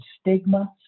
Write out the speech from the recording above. Stigma